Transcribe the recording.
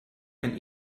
and